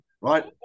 right